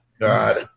God